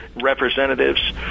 representatives